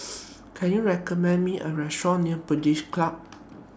Can YOU recommend Me A Restaurant near British Club